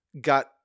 got